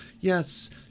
yes